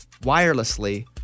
wirelessly